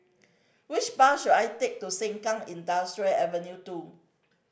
which bus should I take to Sengkang Industrial Avenue Two